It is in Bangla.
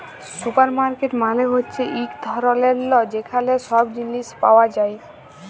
সুপারমার্কেট মালে হ্যচ্যে এক ধরলের ল যেখালে সব জিলিস পাওয়া যায়